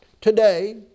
today